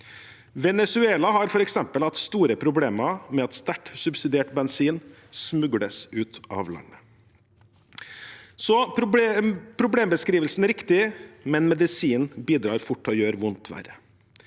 Venezuela har f.eks. hatt store problemer med at sterkt subsidiert bensin smugles ut av landet. Problembeskrivelsen er riktig, men medisinen bidrar fort til å gjøre vondt verre,